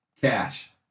Cash